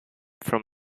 from